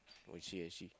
I see I see